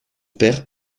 père